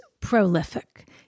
prolific